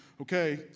okay